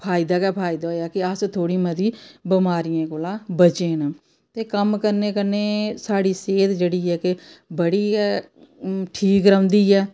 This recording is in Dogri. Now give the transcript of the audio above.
फायदा गै फायदा होएआ कि अस थोह्ड़ी मती बमारियें कोला बचे न कम्म करने कन्नै साढ़ी सेह्त जेह्ड़ी ऐ कि बड़ी गै ठीक रौंह्दी ऐ